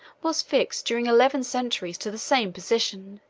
was fixed during eleven centuries to the same position,